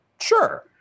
Sure